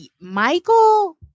Michael